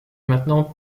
maintenant